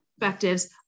perspectives